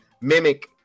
mimic